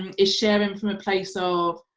um is sharing from a place of,